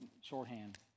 shorthand